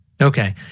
okay